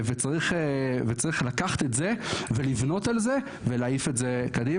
וצריך לקחת את זה ולבנות על זה ולהעיף את זה קדימה.